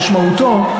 או משמעותו,